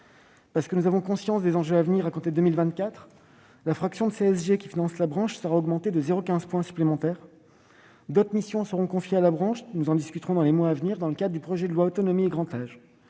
Parce que nous avons conscience des enjeux à venir, à compter de 2024, la fraction de CSG (contribution sociale généralisée) qui finance la branche sera augmentée de 0,15 point supplémentaire. D'autres missions seront confiées à la branche, nous en discuterons dans les mois à venir dans le cadre du projet de loi Autonomie et grand âge.